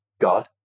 God